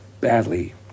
badly